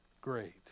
great